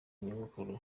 nyogokuru